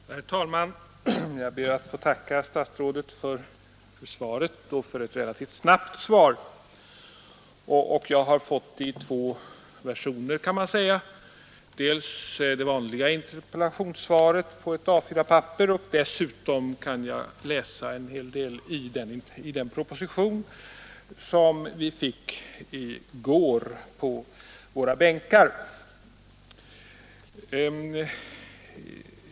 Herr talman! Jag ber att få tacka statsrådet för svaret — och för ett relativt snabbt svar. Jag har fått det i två versioner, kan man säga. Dels har jag fått det vanliga interpellationssvaret på ett A4-papper, dels kan jag läsa en hel del i den proposition som vi i går fick på våra bänkar.